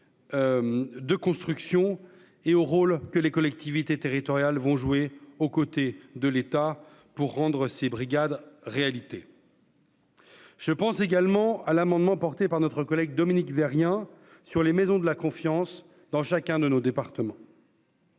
de construction et au rôle que les collectivités territoriales vont jouer aux côtés de l'État pour rendre ces brigades réalité. Je pense également à l'amendement porté par notre collègue Dominique Derrien sur les maisons de la confiance dans chacun de nos départements.